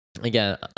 Again